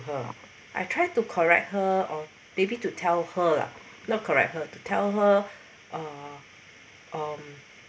her I try to correct her or maybe to tell her lah not correct her to tell her uh um